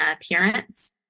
appearance